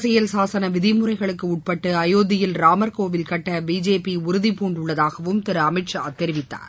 அரசியல் சாசன விதிமுறைகளுக்கு உட்பட்டு அயோத்தியில் ராமர் கோவில் கட்ட பிஜேபி உறுதிபூண்டுள்ளதாகவும் திரு அமித்ஷா தெரிவித்தார்